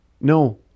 No